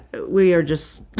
we are just,